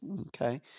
Okay